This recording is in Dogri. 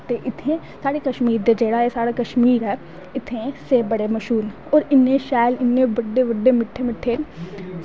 ते इत्थें जेह्ड़ा साढ़ा कश्मीर ऐ इत्थें सेब बड़े मश्हूर नै और इन्ने शैल इन्ने बड्डे बड्डे मिट्ठे